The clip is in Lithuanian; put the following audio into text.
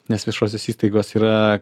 nes viešosios įstaigos yra